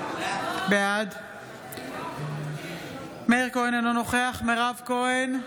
בעד מאיר כהן, אינו נוכח מירב כהן,